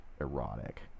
erotic